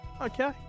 okay